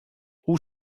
hoe